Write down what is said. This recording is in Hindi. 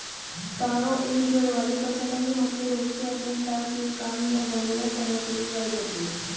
तारो एक जड़ वाली फसल है जो मुख्य रूप से अपने स्टार्च युक्त कॉर्म या भूमिगत तने के लिए उगाई जाती है